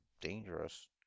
dangerous